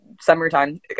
summertime